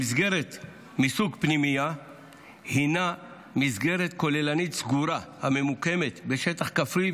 מסגרת מסוג פנימייה היא מסגרת כוללנית סגורה הממוקמת בשטח כפרי,